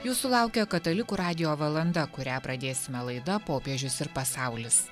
jūsų laukia katalikų radijo valanda kurią pradėsime laida popiežius ir pasaulis